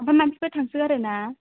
आमफ्राय मानसिफ्रा थांसोगारोना